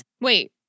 Wait